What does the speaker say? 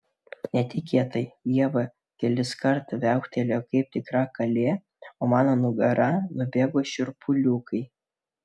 netikėtai ieva keliskart viauktelėjo kaip tikra kalė o mano nugara nubėgo šiurpuliukai